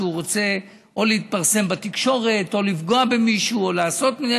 שהוא רוצה או להתפרסם בתקשורת או לפגוע במישהו או לעשות.